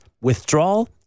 withdrawal